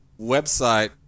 website